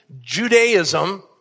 Judaism